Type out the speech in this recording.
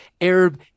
Arab